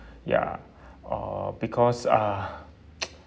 ya uh because uh